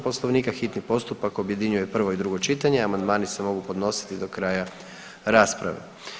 Poslovnika hitni postupak objedinjuje prvo i drugo čitanje, a amandmani se mogu podnositi do kraja rasprave.